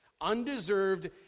undeserved